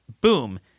boom